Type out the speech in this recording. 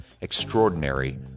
extraordinary